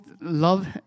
Love